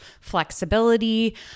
flexibility